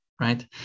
right